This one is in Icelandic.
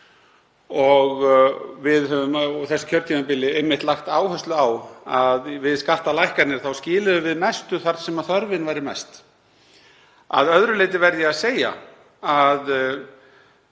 og við höfum á þessu kjörtímabili einmitt lagt áherslu á að við skattalækkanir þá skiluðum við mestu þar sem þörfin væri mest. Að öðru leyti verð ég að segja að